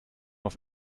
auf